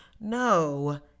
no